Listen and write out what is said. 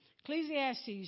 Ecclesiastes